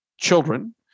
Children